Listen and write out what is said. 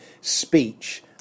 speech